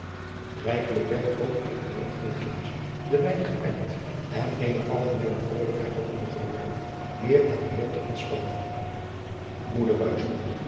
rijkelijk werd ook uit lange drinkglazen de wijn geplengd en eene algemeene vrolijkheid begon de gemoederen meer en meer te ontspannen